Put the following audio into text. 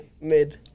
Mid